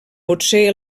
potser